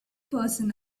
person